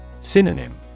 Synonym